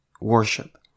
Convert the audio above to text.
worship